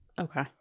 Okay